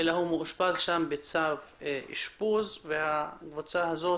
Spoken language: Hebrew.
אלא הוא מאושפז בצו אשפוז והקבוצה הזו